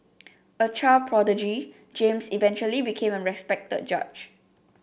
a child prodigy James eventually became a respected judge